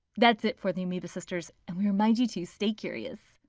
that's it for the amoeba sisters and we remind you to stay curious.